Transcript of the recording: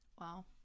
Wow